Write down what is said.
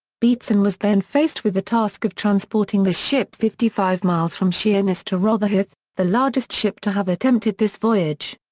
beatson was then faced with the task of transporting the ship fifty five miles from sheerness to rotherhithe, the largest ship to have attempted this voyage.